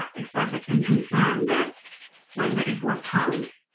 expressing and concern that when may fourth comes,